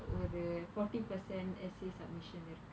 ஒரு:oru forty percent essay submission இருக்கு:irukku